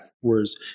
whereas